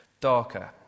darker